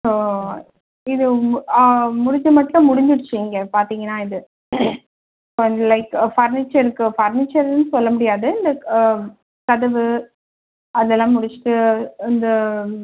so இது உங்க முடிஞ்ச மட்டிலும் முடிஞ்சுடுச்சு இங்கே பார்த்தீங்கன்னா இது லைக் ஃபர்னிச்சர்க்கு ஃபர்னிச்சர்னு சொல்ல முடியாது லைக் கதவு அதெல்லாம் முடிச்சுட்டு அந்த